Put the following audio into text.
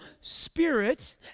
spirit